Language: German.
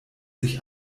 sich